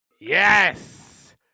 Yes